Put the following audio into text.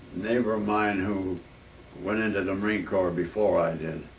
neighbor of mine who went into the marine corps before i did.